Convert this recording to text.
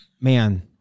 man